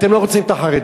אתם לא רוצים את החרדים,